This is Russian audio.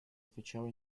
отвечала